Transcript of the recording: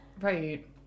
right